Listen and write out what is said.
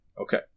Okay